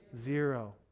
zero